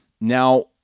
Now